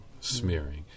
smearing